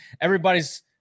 Everybody's